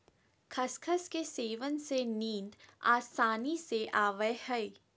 खसखस के सेवन से नींद आसानी से आवय हइ